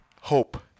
hope